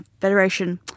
federation